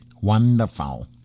Wonderful